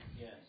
Yes